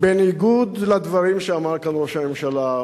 בניגוד לדברים שאמר כאן ראש הממשלה,